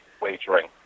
wagering